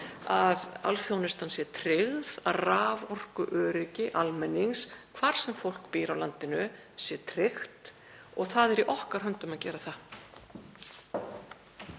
að alþjónustan sé tryggð, að raforkuöryggi almennings, hvar sem fólk býr á landinu, sé tryggt og það er í okkar höndum að gera það.